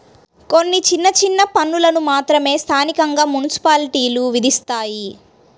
కొన్ని చిన్న చిన్న పన్నులను మాత్రమే స్థానికంగా మున్సిపాలిటీలు విధిస్తాయి